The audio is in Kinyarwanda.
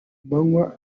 manywa